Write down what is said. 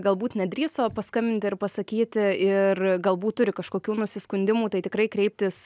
galbūt nedrįso paskambinti ir pasakyti ir galbūt turi kažkokių nusiskundimų tai tikrai kreiptis